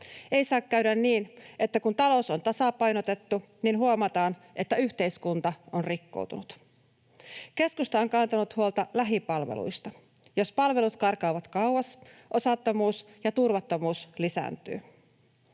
Ei saa käydä niin, että kun talous on tasapainotettu, huomataan, että yhteiskunta on rikkoutunut. Keskusta on kantanut huolta lähipalveluista. Jos palvelut karkaavat kauas, osattomuus ja turvattomuus lisääntyvät.